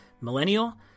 millennial